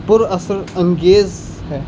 پر اثر انگیز ہے